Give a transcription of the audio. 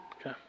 Okay